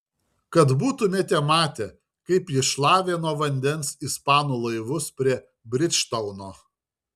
kad būtumėte matę kaip jis šlavė nuo vandens ispanų laivus prie bridžtauno